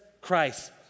Christ